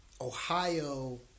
Ohio